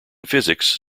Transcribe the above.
physics